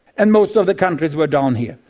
and most of the countries were down here.